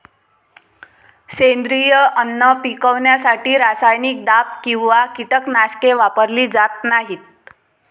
सेंद्रिय अन्न पिकवण्यासाठी रासायनिक दाब किंवा कीटकनाशके वापरली जात नाहीत